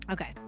Okay